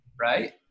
Right